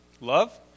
Love